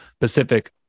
Pacific